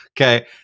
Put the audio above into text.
Okay